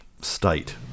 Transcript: state